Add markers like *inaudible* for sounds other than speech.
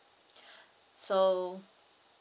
*breath* so